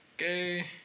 Okay